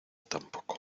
tampoco